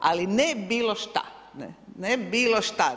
Ali, ne bilo što, ne bilo šta.